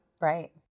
Right